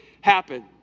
happen